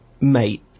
...mate